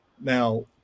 now